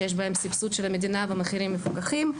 שיש בהם סבסוד של המדינה במחירים מפוקחים,